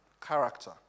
Character